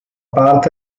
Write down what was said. parte